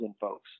folks